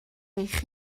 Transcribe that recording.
eich